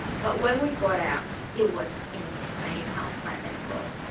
but when we got out it was insane outside as well.